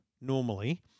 normally